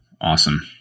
Awesome